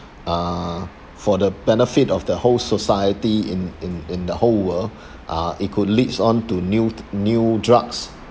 uh for the benefit of the whole society in in in the whole world uh it could leads on to new d~ new drugs